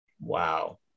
Wow